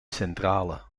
centrale